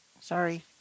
sorry